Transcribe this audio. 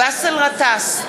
באסל גטאס,